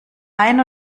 ein